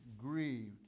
grieved